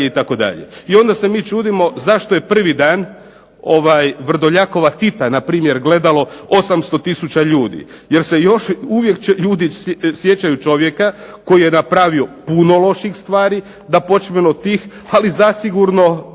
I onda se mi čudimo zašto je prvi dan Vrdoljakova Tita npr. gledalo 800 tisuća ljudi, jer se još uvijek ljudi sjećaju čovjeka koji je napravio puno loših stvari, da počnem od tih, ali zasigurno